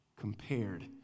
compared